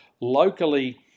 locally